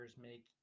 make